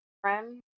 friend